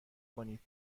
کنید